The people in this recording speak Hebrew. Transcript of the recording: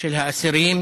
של האסירים